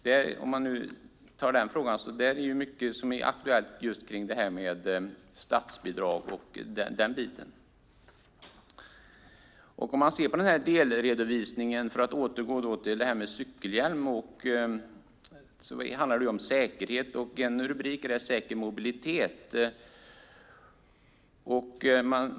Där är det mycket som är aktuellt i fråga om statsbidrag. Jag ska återgå till denna delredovisning och frågan om cykelhjälm. Det handlar om säkerhet. En rubrik är Säker mobilitet.